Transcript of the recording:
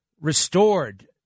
restored